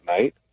night